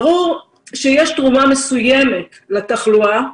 ברור שיש תרומה מסוימת לתחלואה.